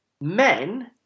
men